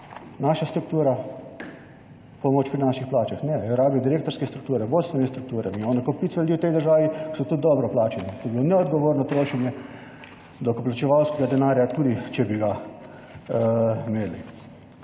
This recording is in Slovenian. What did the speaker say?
naša struktura pomoč pri naših plačah? Ne. Jo rabijo direktorske strukture, vodstvenimi strukturami, mi imamo kupica ljudi v tej državi, ki so tudi dobro plačani. To bi bilo neodgovorno trošenje davkoplačevalskega denarja, tudi če bi ga imeli.